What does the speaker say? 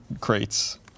crates